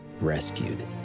rescued